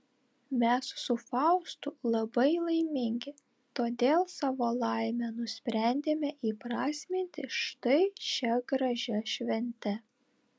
mes su faustu labai laimingi todėl savo laimę nusprendėme įprasminti štai šia gražia švente